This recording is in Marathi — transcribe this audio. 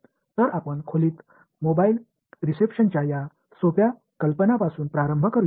तर आपण खोलीत मोबाइल रिसेप्शनच्या या सोप्या कल्पनापासून प्रारंभ करूया